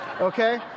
Okay